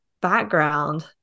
background